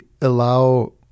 allow